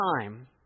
time